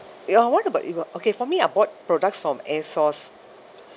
ya what about you okay for me I bought products from a source